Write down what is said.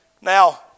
Now